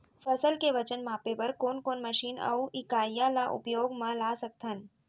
फसल के वजन मापे बर कोन कोन मशीन अऊ इकाइयां ला उपयोग मा ला सकथन?